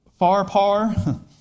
Farpar